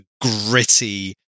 gritty –